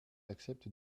accepte